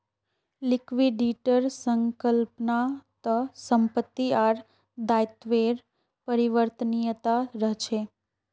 लिक्विडिटीर संकल्पना त संपत्ति आर दायित्वेर परिवर्तनीयता रहछे